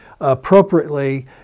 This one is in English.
appropriately